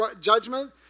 judgment